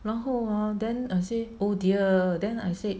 然后 hor then I say oh dear then I said